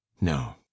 No